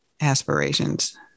aspirations